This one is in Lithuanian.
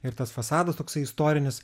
ir tas fasadas toksai istorinis